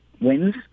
wins